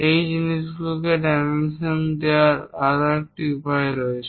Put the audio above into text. এই জিনিসগুলিকে ডাইমেনশন দেওয়ার আরও একটি উপায় রয়েছে